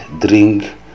drink